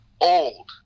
old